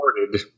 recorded